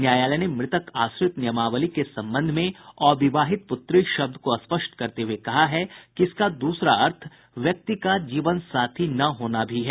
न्यायालय ने मृतक आश्रित नियमावली के संबंध में अविवाहित पुत्री शब्द को स्पष्ट करते हुये कहा है कि इसका दूसरा अर्थ व्यक्ति का जीवनसाथी न होना भी है